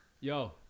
Yo